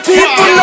People